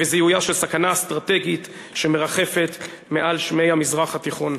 זיהויה של סכנה אסטרטגית שמרחפת מעל שמי המזרח התיכון.